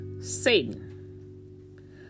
Satan